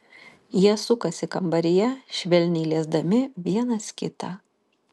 jie sukasi kambaryje švelniai liesdami vienas kitą